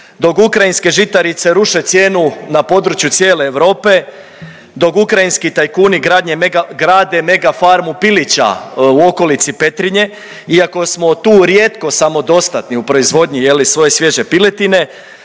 dok ukrajinske žitarice ruše cijenu na području cijele Europe, dok ukrajinski tajkuni grade megafarmu pilića u okolici Petrinje iako smo tu rijetko samodostatni, u proizvodnji, je li, svoje svježe piletine,